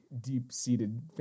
deep-seated